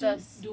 ya